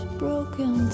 broken